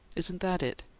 isn't that it?